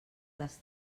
les